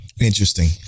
Interesting